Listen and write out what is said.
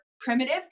primitive